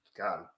God